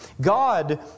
God